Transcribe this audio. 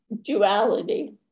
duality